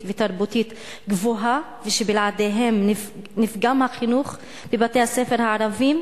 ותרבותית גבוהה ושבלעדיהם נפגם החינוך בבתי-הספר הערביים?